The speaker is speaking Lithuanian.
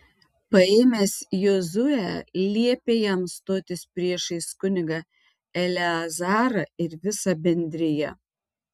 paėmęs jozuę liepė jam stotis priešais kunigą eleazarą ir visą bendriją